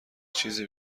چیز